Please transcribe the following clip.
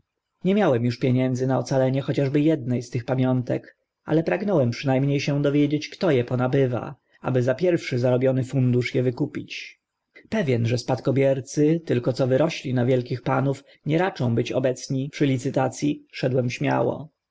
nie miałem uż pieniędzy na ocalenie chociażby edne z tych pamiątek ale pragnąłem przyna mnie się dowiedzieć kto e ponabywa aby za pierwszy zarobiony fundusz e wykupić pewien że spadkobiercy tylko co wyrośli na wielkich panów nie raczą być obecnymi przy licytac i szedłem śmiało